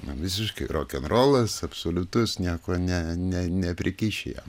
na visiškai rokenrolas absoliutus nieko ne ne neprikiši jam